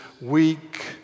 weak